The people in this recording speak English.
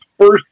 first